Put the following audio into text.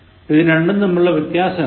ഇതു രണ്ടും തമ്മിലുള്ള വ്യത്യാസം എന്താണ്